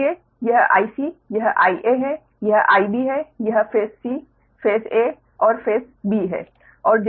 इसलिए यह Ic यह Ia है यह Ib है यह फेस 'c' फेस 'a' और फेस 'b' है